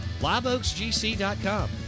LiveOaksGC.com